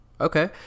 Okay